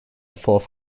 fourth